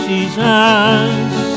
Jesus